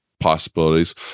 possibilities